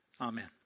Amen